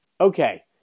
Okay